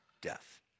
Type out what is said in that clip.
death